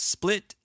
Split